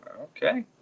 Okay